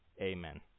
Amen